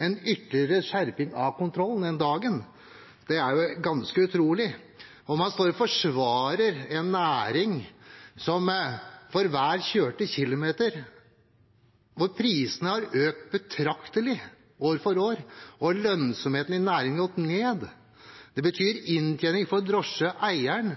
en ytterligere skjerping av kontrollen enn dagens, er det ganske utrolig. Man står og forsvarer en næring hvor prisene for hver kjørte kilometer har økt betraktelig år for år og lønnsomheten i næringen har gått ned, noe som betyr at inntjeningen for drosjeeieren